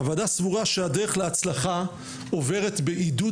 הוועדה סבורה שהדרך להצלחה עוברת בעידוד